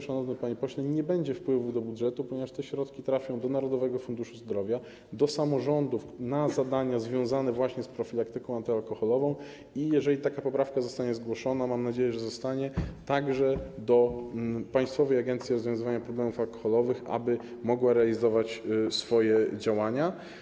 Szanowny panie pośle, nie będzie wpływów do budżetu, ponieważ te środki trafią do Narodowego Funduszu Zdrowia, do samorządów na zadania związane właśnie z profilaktyką antyalkoholową, i jeżeli taka poprawka zostanie zgłoszona, a mam nadzieję, że zostanie, także do Państwowej Agencji Rozwiązywania Problemów Alkoholowych, aby mogła realizować swoje działania.